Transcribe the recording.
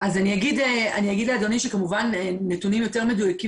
אז אני אגיד לאדוני שכמובן נתונים יותר מדויקים